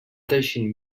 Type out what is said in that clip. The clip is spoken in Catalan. teixint